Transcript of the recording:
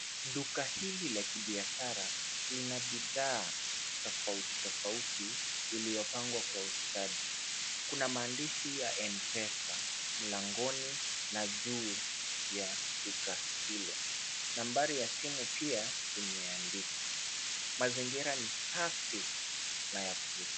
Duka hili la kibiashara lina bidhaa tofautitofauti iliyopangwa kwa ustadi. Kuna maandishi ya M-Pesa, mlangoni na juu ya duka hilo. Nambari ya simu pia imeandikwa. Mazingira ni safi na ya kuvutia.